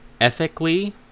ethically